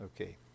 Okay